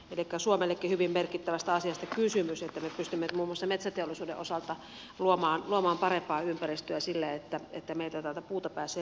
elikkä suomellekin hyvin merkittävästä asiasta siinä on kysymys niin että me pystymme muun muassa metsäteollisuuden osalta luomaan parempaa ympäristöä sillä että meiltä täältä puuta pääsee liikkeelle